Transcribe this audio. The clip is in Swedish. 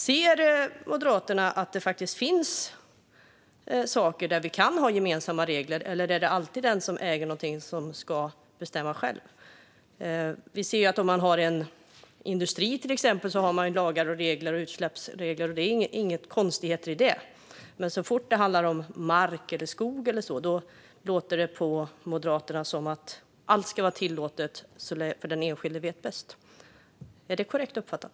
Ser Moderaterna att det faktiskt finns sådant där vi kan ha gemensamma regler, eller är det alltid den som äger något som ska bestämma själv? Om man till exempel har en industri finns det ju utsläppsregler och andra lagar och regler, och det är inga konstigheter, men så fort det handlar om mark eller skog låter det på Moderaterna som att allt ska vara tillåtet, för den enskilde vet bäst. Är detta korrekt uppfattat?